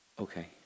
Okay